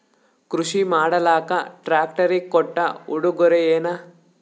ಕೃಷಿ ಮಾಡಲಾಕ ಟ್ರಾಕ್ಟರಿ ಕೊಟ್ಟ ಉಡುಗೊರೆಯೇನ?